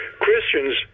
Christians